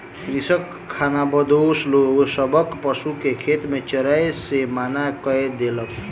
कृषक खानाबदोश लोक सभक पशु के खेत में चरै से मना कय देलक